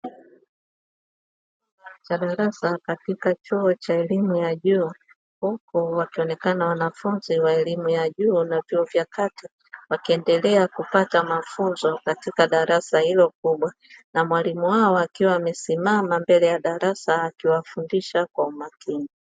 Chumba cha darasa katika chuo cha elimu ya juu, huku wakionekana wanafunzi wa elimu ya juu na vyuo vya kati wakiendelea kupata mafunzo katika darasa hilo kubwa, na mwalimu wao akiwa amesimama mbele ya darasa akiwafundisha kwa umakini.